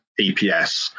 EPS